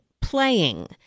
playing